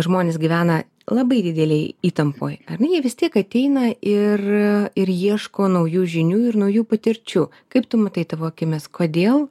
žmonės gyvena labai didelėj įtampoj ar ne jie vis tiek ateina ir ieško naujų žinių ir naujų patirčių kaip tu matai tavo akimis kodėl